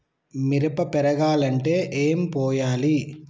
మిరప పెరగాలంటే ఏం పోయాలి?